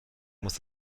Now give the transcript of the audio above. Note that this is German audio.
muss